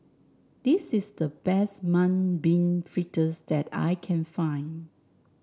this is the best Mung Bean Fritters that I can find